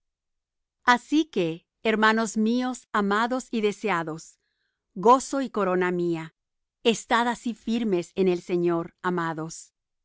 asi que hermanos míos amados y deseados gozo y corona mía estad así firmes en el señor amados